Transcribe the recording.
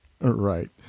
Right